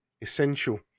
Essential